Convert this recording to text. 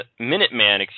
Minuteman